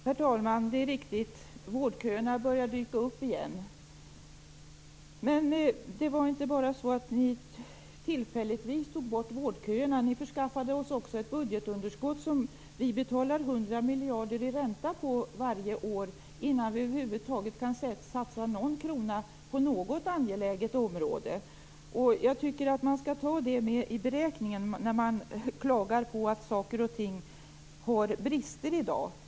Herr talman! Det är riktigt att vårdköerna börjar dyka upp igen. Men det var inte bara så att ni tillfälligtvis tog bort vårdköerna. Ni förskaffade oss också ett budgetunderskott som vi betalar 100 miljarder i ränta på varje år innan vi över huvud taget kan satsa någon krona på något angeläget område. Jag tycker att man skall ta det med i beräkningen när man klagar på att saker och ting i dag har brister.